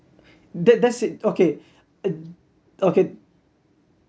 that that's it okay okay